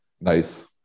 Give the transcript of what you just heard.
nice